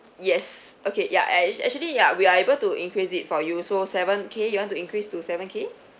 yes okay ya act~ actually ya we are able to increase it for you so seven K you want to increase to seven K